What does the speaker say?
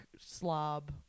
slob